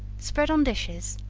spread on dishes,